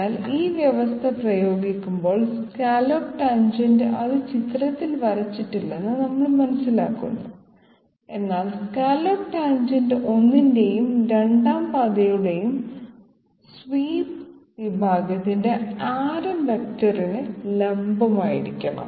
അതിനാൽ ഈ വ്യവസ്ഥ പ്രയോഗിക്കുമ്പോൾ സ്കല്ലോപ്പ് ടാൻജെന്റ് അത് ചിത്രത്തിൽ വരച്ചിട്ടില്ലെന്ന് നമ്മൾ മനസ്സിലാക്കുന്നു എന്നാൽ സ്കല്ലോപ്പ് ടാൻജെന്റ് 1 ന്റെയും 2 ആം പാതയുടെയും സ്വീപ്പ് വിഭാഗത്തിന്റെ ആരം വെക്റ്ററിന് ലംബമായിരിക്കണം